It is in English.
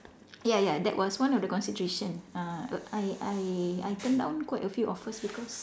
ya ya that was one of the constitution uh I I I turned down quite a few offers because